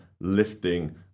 lifting